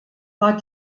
war